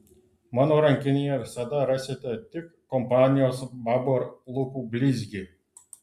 mano rankinėje visada rasite tik kompanijos babor lūpų blizgį